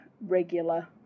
regular